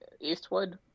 Eastwood